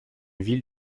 ville